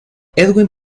edwin